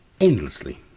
endlessly